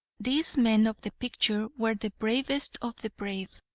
these men of the picture were the bravest of the brave,